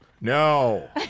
No